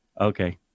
Okay